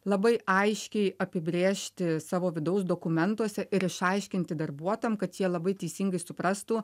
labai aiškiai apibrėžti savo vidaus dokumentuose ir išaiškinti darbuotojam kad jie labai teisingai suprastų